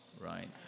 right